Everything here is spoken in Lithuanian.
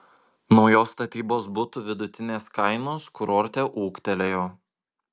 naujos statybos butų vidutinės kainos kurorte ūgtelėjo